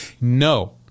no